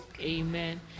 Amen